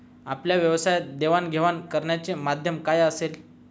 आपल्या व्यवसायात देवाणघेवाण करण्याचे माध्यम काय असेल?